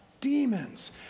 demons